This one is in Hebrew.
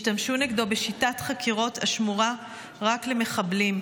השתמשו נגדו בשיטת חקירות השמורה רק למחבלים.